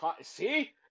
See